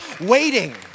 waiting